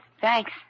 Thanks